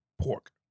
pork